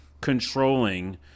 controlling